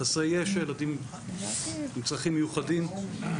ילדים עם צרכים מיוחדים.